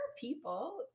people